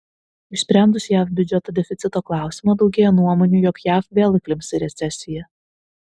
išsprendus jav biudžeto deficito klausimą daugėja nuomonių jog jav vėl įklimps į recesiją